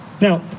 Now